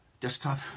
desktop